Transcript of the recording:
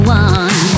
one